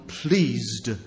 pleased